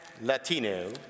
latino